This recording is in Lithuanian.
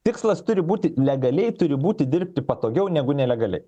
tikslas turi būti legaliai turi būti dirbti patogiau negu nelegaliai